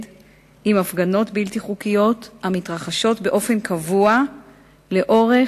עם הפגנות בלתי חוקיות המתרחשות באופן קבוע לאורך